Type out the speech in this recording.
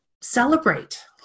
Celebrate